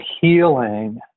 healing